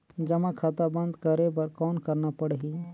जमा खाता बंद करे बर कौन करना पड़ही?